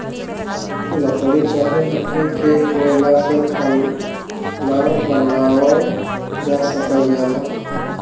लकड़ी चाहे लकड़ी के कोयला से खाना बनावल जा सकल जाला